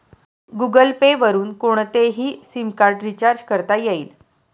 Google Pay वरुन कोणतेही SIM card recharge करता येईल